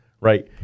right